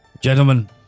Gentlemen